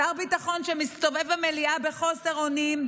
שר ביטחון שמסתובב במליאה בחוסר אונים,